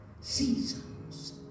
seasons